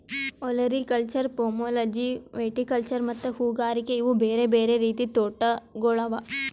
olericulture, pomology, viticulture ಮತ್ತ ಹೂಗಾರಿಕೆ ಇವು ಬೇರೆ ಬೇರೆ ರೀತಿದ್ ತೋಟಗೊಳ್ ಅವಾ